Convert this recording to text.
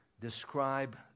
describe